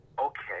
okay